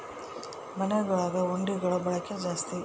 ಮನೆಗುಳಗ ಹುಂಡಿಗುಳ ಬಳಕೆ ಜಾಸ್ತಿ